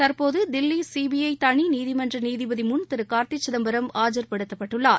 தற்போது தில்லி சிபிஐ தனி நீதிமன்ற நீதிபதி முன் திரு கார்த்தி சிதம்பரம் ஆஜர்படுத்தப்பட்டுள்ளார்